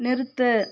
நிறுத்து